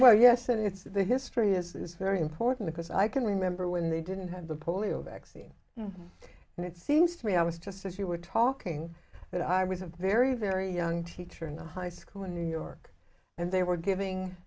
well yes and it's the history is very important because i can remember when they didn't have the polio vaccine and it seems to me i was just as you were talking that i was a very very young teacher in the high school in new york and they were giving